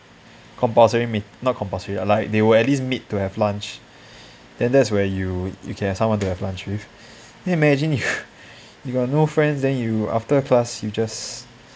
compulsory meet not compulsory like they will at least meet to have lunch then that's where you you can have someone to have lunch with imagine you got no friends then you after class you just